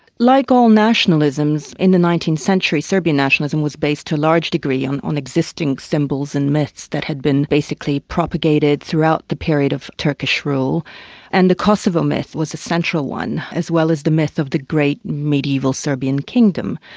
like all nationalisms in the nineteenth century, serbian nationalism was based to a large degree on on existing symbols and myths that had been basically propagated throughout the period of turkish rule and the kosovo myth was a central one, as well as the myth of the great mediaeval serbian kingdom.